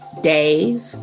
dave